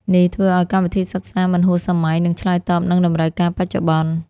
នេះធ្វើឱ្យកម្មវិធីសិក្សាមិនហួសសម័យ និងឆ្លើយតបនឹងតម្រូវការបច្ចុប្បន្ន។